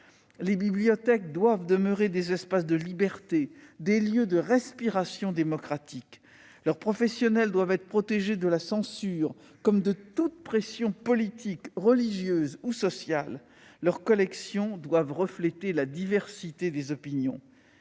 Les bibliothèques doivent demeurer des espaces de liberté, des lieux de respiration démocratique. Leurs professionnels doivent être protégés de la censure comme de toute pression politique, religieuse ou sociale. Leurs collections doivent refléter la diversité des opinions.